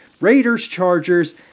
Raiders-Chargers